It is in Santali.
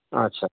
ᱟᱪ ᱪᱷᱟ